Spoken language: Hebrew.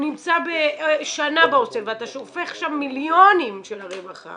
נמצא שנה בהוסטל ואתה שופך שם מיליונים של הרווחה